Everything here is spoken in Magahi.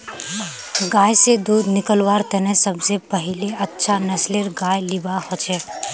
गाय स दूध निकलव्वार तने सब स पहिले अच्छा नस्लेर गाय लिबा हछेक